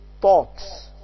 thoughts